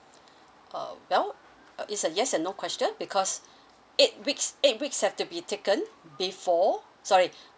uh well it's a yes and no question because eight weeks eight weeks have to be taken before sorry